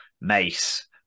mace